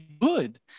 good